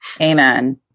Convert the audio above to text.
Amen